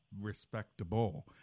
respectable